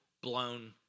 Blown